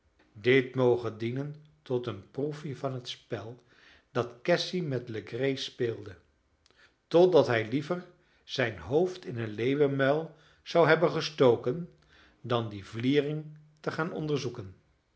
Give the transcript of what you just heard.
dit moge dienen tot een proefje van het spel dat cassy met legree speelde totdat hij liever zijn hoofd in een leeuwenmuil zou hebben gestoken dan die vliering te gaan onderzoeken